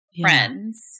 friends